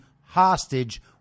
hostage